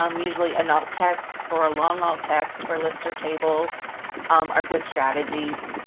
um usually an alt text, or a long alt text or list or table are good strategies.